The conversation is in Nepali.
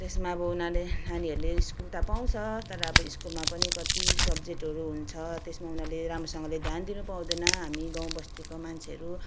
त्यसमा अब उनीहरूले नानीहरूले स्कुल त पाउँछ तर अब स्कुलमा पनि कति सब्जेटहरू छ त्यसमा उनीहरूले राम्रोसँगले ध्यान दिनु पाउँदैन हामी गाउँ बस्तीको मान्छेहरू